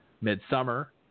midsummer